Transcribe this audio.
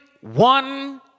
one